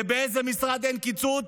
ובאיזה משרד אין קיצוץ?